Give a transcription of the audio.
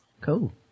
Cool